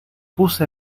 puse